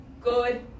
Good